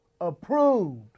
approved